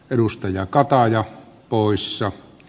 edustaja katoaa ja muissa